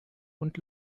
und